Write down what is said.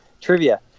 trivia